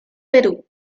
perú